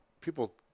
people